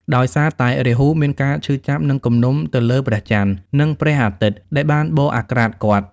ដោយសារតែរាហូមានការឈឺចាប់ និងគំនុំទៅលើព្រះចន្ទ និងព្រះអាទិត្យដែលបានបកអាក្រាតគាត់។